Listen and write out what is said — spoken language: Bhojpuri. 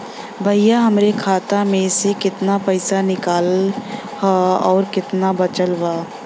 भईया हमरे खाता मे से कितना पइसा निकालल ह अउर कितना बचल बा?